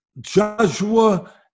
Joshua